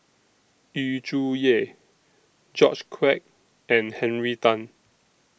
Yu Zhuye George Quek and Henry Tan